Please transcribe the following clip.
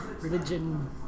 religion